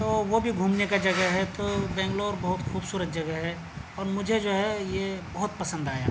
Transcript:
تو وہ بھی گھومنے کا جگہ ہے تو بنگلور بہت خوبصورت جگہ ہے اور مجھے جو ہے یہ بہت پسند آیا